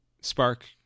Spark